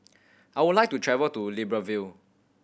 I would like to travel to Libreville